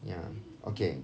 ya okay